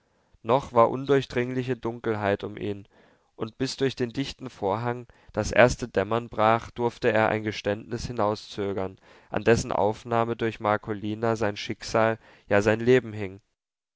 noch war undurchdringliche dunkelheit um ihn und bis durch den dichten vorhang das erste dämmern brach durfte er ein geständnis hinauszögern an dessen aufnahme durch marcolina sein schicksal ja sein leben hing